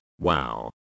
Wow